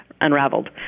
unraveled